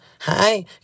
hi